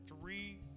three